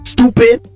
Stupid